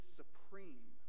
supreme